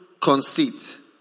conceit